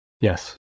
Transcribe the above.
Yes